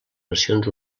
nacions